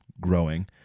growing